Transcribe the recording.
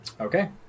Okay